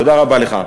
תודה רבה לך.